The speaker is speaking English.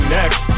next